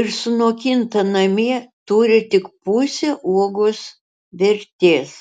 ir sunokinta namie turi tik pusę uogos vertės